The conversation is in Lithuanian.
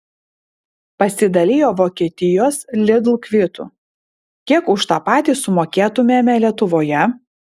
pasidalijo vokietijos lidl kvitu kiek už tą patį sumokėtumėme lietuvoje